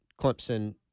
Clemson